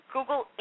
Google